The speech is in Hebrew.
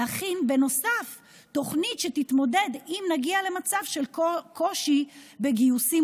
להכין בנוסף תוכנית שתתמודד אם נגיע למצב של קושי בגיוסים